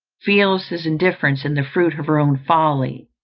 feels his indifference in the fruit of her own folly,